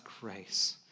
grace